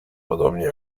podobnie